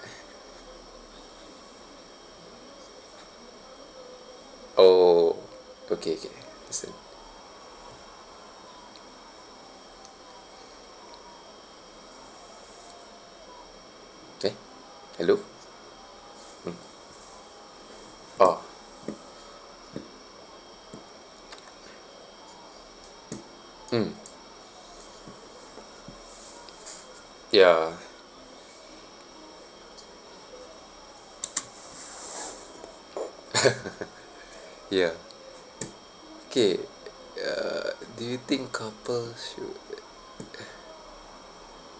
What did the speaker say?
oh okay kay it's a kay hello mm ah mm ya ya kay uh do you think couples should have